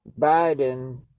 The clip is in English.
Biden